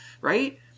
right